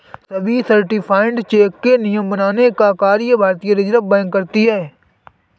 सभी certified cheque के नियम बनाने का कार्य भारतीय रिज़र्व बैंक करती है